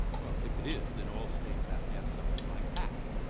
well, if it is, then all states have to have something like pacts.